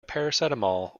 paracetamol